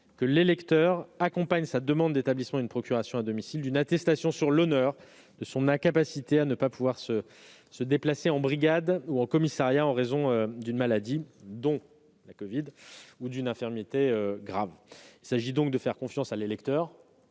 que l'électeur accompagne sa demande d'établissement d'une procuration à domicile d'une attestation sur l'honneur de son incapacité à se déplacer en brigade ou en commissariat en raison d'une maladie, dont la covid-19, ou d'une infirmité graves. Il s'agit de faire confiance à l'électeur,